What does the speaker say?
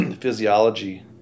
physiology